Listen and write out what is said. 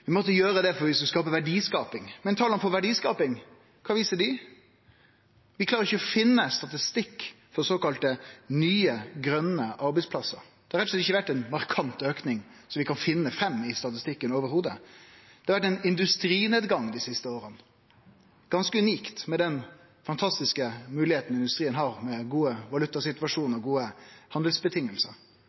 vi måtte gjere det for verdiskapinga. Men tala for verdiskaping, kva viser dei? Vi klarer ikkje å finne statistikk for såkalla nye, grøne arbeidsplassar. Det har rett og slett ikkje vore ein markant auke som vi kan finne fram til i statistikken i det heile. Det har vore industrinedgang dei siste åra. Det er ganske unikt, med den fantastiske moglegheita industrien har, den gode valutasituasjonen og dei gode